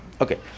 Okay